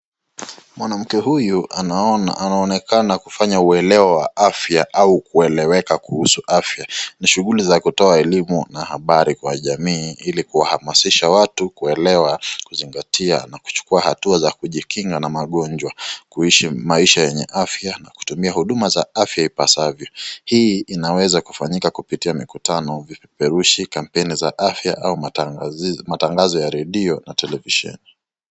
Mwanamke huyu anaona anaonekana kufanya uelewo wa afya au kueleweka kuhusu afya, ni shughuli za kutoa elimu na habari kwa jamii ili kuhamasisha watu kuelewa, kuzingatia na kuchukua hatua za kujikinga na magonjwa, kuishi maisha yenye afya na kutumia huduma za afya ipasavyo. Hii inaweza kufanyika kupitia mikutano, vipeperushi kampeni za afya au matangaz matangazo ya redio na televisheni.